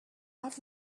off